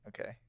Okay